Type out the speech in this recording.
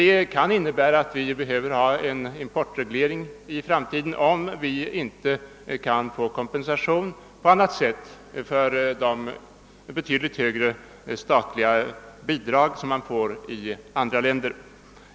Detta kan innebära att vi i framtiden måste ha en importreglering, om våra fiskare inte på annat sätt kan få kompensation för de betydligt högre statliga bidrag som utgår i andra länder.